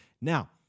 Now